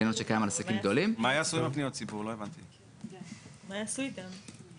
אבל אם המחוקקים סבורים שיש מקום פה